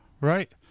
right